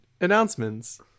announcements